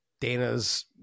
Dana's